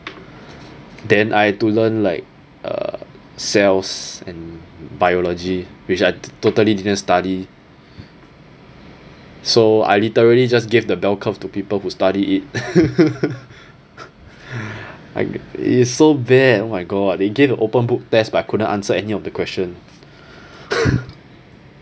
then I've to learn like uh cells and biology which I totally didn't study so I literally just gave the bell curve to people who studied it it is so bad oh my god they gave a open book test but I couldn't answer any of the question